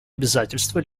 обязательство